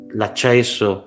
l'accesso